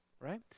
right